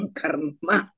karma